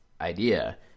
idea